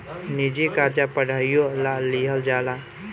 निजी कर्जा पढ़ाईयो ला लिहल जाला